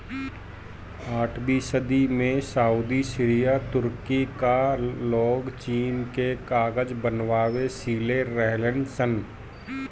आठवीं सदी में सऊदी, सीरिया, तुर्की कअ लोग चीन से कागज बनावे सिले रहलन सन